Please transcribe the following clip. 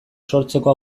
sortzeko